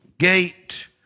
gate